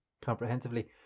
comprehensively